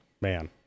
man